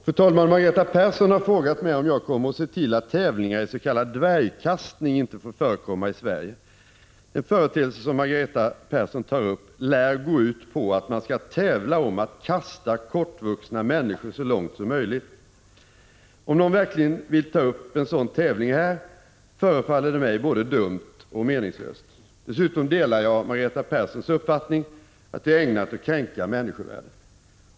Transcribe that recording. Fru talman! Margareta Persson har frågat mig om jag kommer att se till att tävlingar i ”dvärgkastning” inte får förekomma i Sverige. Den företeelse som Margareta Persson tar upp lär gå ut på att man skall tävla om att kasta kortvuxna människor så långt som möjligt. Om någon verkligen vill ta upp en sådan tävling här, förefaller det mig både dumt och meningslöst. Dessutom delar jag Margareta Perssons uppfattning att det här är ägnat att kränka människovärdet.